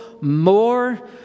more